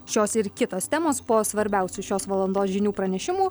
šios ir kitos temos po svarbiausių šios valandos žinių pranešimų